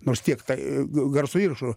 nors tiek tai garso įrašų